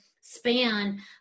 span